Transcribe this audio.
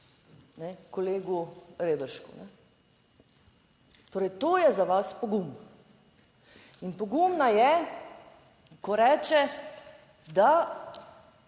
kolegu Reberšku. Torej, to je za vas pogum? In pogumna je, ko reče da